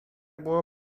było